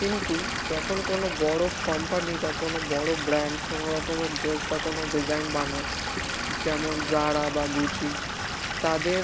কিন্তু যখন কোনো বড় কোম্পানি বা কোনো বড় ব্র্যান্ড কোনো রকমের ড্রেস বা কোনো ডিজাইন বানায় যেমন জারা বা গুচি তাদের